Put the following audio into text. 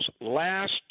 Last